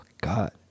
god